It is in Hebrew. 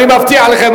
אני מבטיח לך,